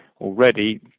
already